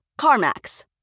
CarMax